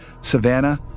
Savannah